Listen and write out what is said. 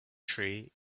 tree